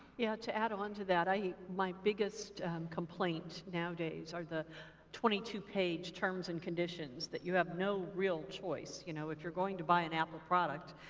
yeah. to add onto that, i my biggest complaint nowadays are the twenty two page terms and conditions that you have no real choice. you know, if you're going to buy an apple product,